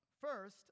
First